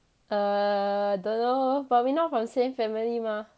uh don't know but we not from the same family mah